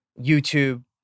YouTube